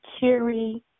cheery